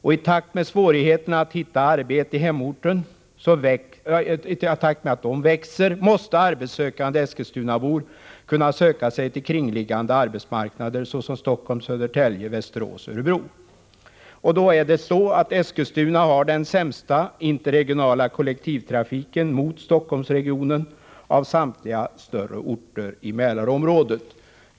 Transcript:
I takt med att svårigheterna att hitta arbete i hemorten växer måste arbetssökande eskilstunabor kunna söka sig till kringliggande arbetsmarknader såsom Stockholm, Södertälje, Västerås och Örebro. Eskilstuna har den sämsta interregionala kollektivtrafiken mot Stockholmsregionen av samtliga större orter i Mälarområdet.